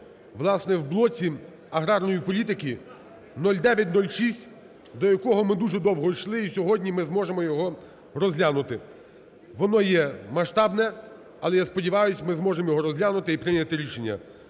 власне, в блоці аграрної політики – 0906, до якого ми дуже довго йшли, і сьогодні ми зможемо його розглянути. Воно є масштабне, але, я сподіваюся, ми зможемо його розглянути і прийняти рішення.